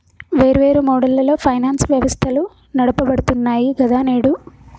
వేర్వేరు మోడళ్లలో ఫైనాన్స్ వ్యవస్థలు నడపబడుతున్నాయి గదా నేడు